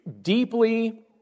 deeply